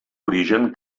origen